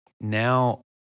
now